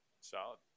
Solid